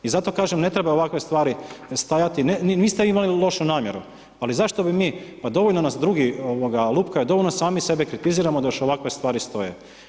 I zato kažem, ne treba ovakve stvari stajati, niste vi imali lošu namjeru, ali zašto bi mi, pa dovoljno nas drugi lupkaju, dovoljno sami sebe kritiziraju da još ovakve stvari stoje.